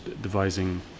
devising